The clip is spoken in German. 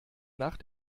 nach